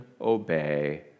obey